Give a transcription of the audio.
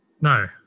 No